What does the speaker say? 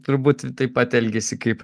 turbūt ir taip pat elgiasi kaip